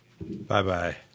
Bye-bye